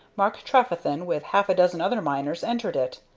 mark trefethen, with half a dozen other miners, entered it.